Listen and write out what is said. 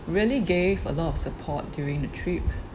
really gave a lot of support during the trip